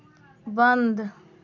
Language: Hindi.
बंद